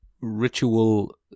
ritual